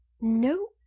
No